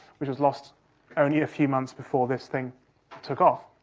which was lost only a few months before this thing took off.